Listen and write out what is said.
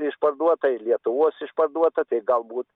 išparduota ir lietuvos išparduota tai galbūt